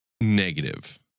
negative